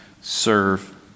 serve